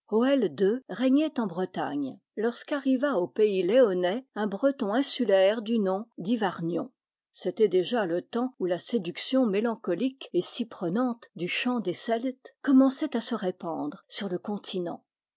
ii régnait en bretagne lorsque arriva au pays léonnais un breton insulaire du nom d'hyvarnion c'était déjà le temps où la séduction mélancolique et si prenante du chant des celtes commençait à se répandre sur le continent